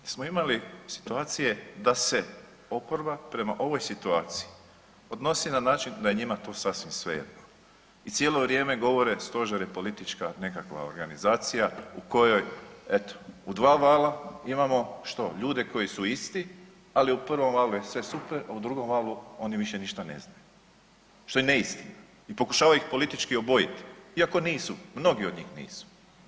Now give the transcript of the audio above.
Jer smo imali situacije da se oporba prema ovoj situaciji odnosi na način da je njima to sasvim svejedno i cijelo vrijeme govore stožer je politička nekakva organizacija u kojoj eto u dva vala imamo što, ljude koji su isti, ali u prvom valu je sve super, a u drugom valu oni više ništa ne znaju, što je neistina i pokušavaju ih politički obojiti iako nisu, mnogi od njih nisu.